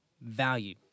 value